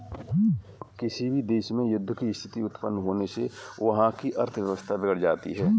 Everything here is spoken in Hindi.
किसी भी देश में युद्ध की स्थिति उत्पन्न होने से वहाँ की अर्थव्यवस्था बिगड़ जाती है